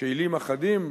כלים אחדים,